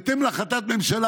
בהתאם להחלטת ממשלה"